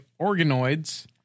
organoids